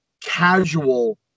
casual